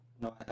No